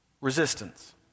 resistance